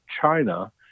China